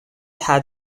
had